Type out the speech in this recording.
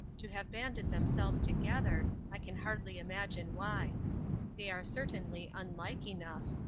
to have banded themselves together, i can hardly imagine why they are certainly unlike enough.